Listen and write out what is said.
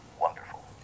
Wonderful